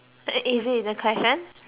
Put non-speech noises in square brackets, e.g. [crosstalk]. question [laughs]